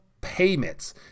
payments